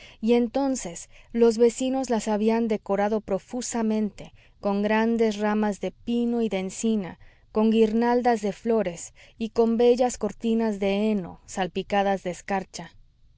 y entonces los vecinos las habían decorado profusamente con grandes ramas de pino y de encina con guirnaldas de flores y con bellas cortinas de heno salpicadas de escarcha